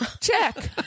Check